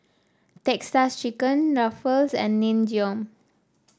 Texas Chicken Ruffles and Nin Jiom